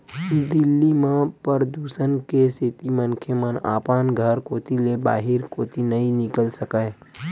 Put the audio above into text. दिल्ली म परदूसन के सेती मनखे मन अपन घर कोती ले बाहिर कोती नइ निकल सकय